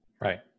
Right